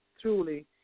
truly